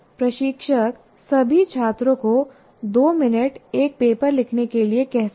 प्रशिक्षक सभी छात्रों को 2 मिनट एक पेपर लिखने के लिए कह सकता है